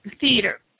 theater